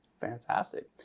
Fantastic